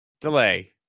delay